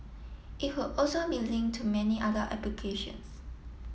it would also be link to many other applications